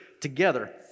together